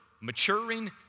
maturing